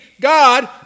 God